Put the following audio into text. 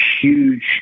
huge